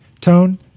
tone